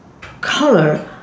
color